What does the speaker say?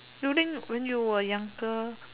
you think when you were younger